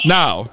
now